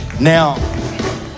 Now